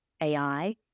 AI